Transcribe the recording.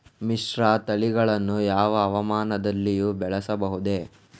ಮಿಶ್ರತಳಿಗಳನ್ನು ಯಾವ ಹವಾಮಾನದಲ್ಲಿಯೂ ಬೆಳೆಸಬಹುದೇ?